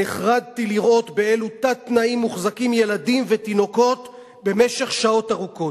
נחרדתי לראות באילו תת-תנאים מוחזקים ילדים ותינוקות במשך שעות ארוכות".